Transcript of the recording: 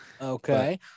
okay